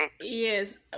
Yes